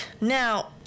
Now